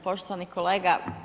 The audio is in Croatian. Poštovani kolega.